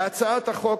להצעת החוק,